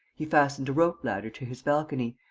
he fastened a rope-ladder to his balcony,